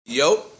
yo